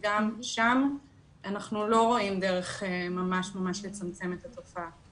גם שם אנחנו לא רואים דרך ממש לצמצם את התופעה.